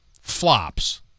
flops